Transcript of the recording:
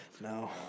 no